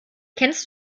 kennst